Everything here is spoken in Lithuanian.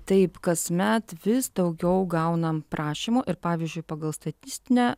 taip kasmet vis daugiau gaunam prašymų ir pavyzdžiui pagal statistinę